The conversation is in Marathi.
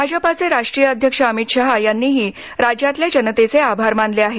भाजपाचे राष्ट्रीय अध्यक्ष अमित शहा यांनीही राज्यातल्या जनतेचे आभार मानले आहेत